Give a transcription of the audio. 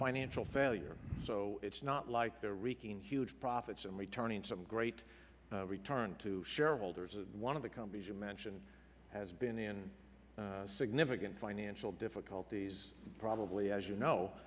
financial failure so it's not like they're wreaking huge profits and returning some great return to shareholders and one of the companies you mentioned has been in significant financial difficulties probably as you know